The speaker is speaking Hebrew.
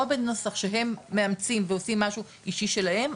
או בנוסח שהם מאמצים ועושים משהו אישי שלהם,